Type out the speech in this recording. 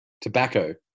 Tobacco